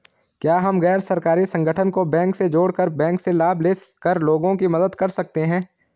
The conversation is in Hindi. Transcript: क्या हम गैर सरकारी संगठन को बैंक से जोड़ कर बैंक से लाभ ले कर लोगों की मदद कर सकते हैं?